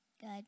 Good